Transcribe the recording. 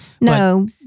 No